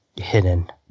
hidden